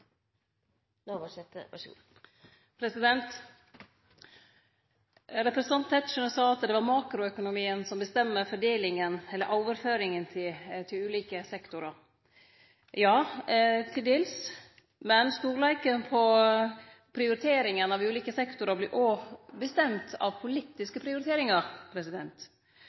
Representanten Tetzschner sa at det var makroøkonomien som bestemmer fordelinga eller overføringa til ulike sektorar. Ja, til dels, men storleiken på prioriteringa av ulike sektorar vert òg bestemt av politiske prioriteringar.